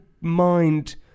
mind